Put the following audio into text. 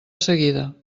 seguida